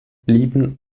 blieben